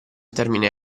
termine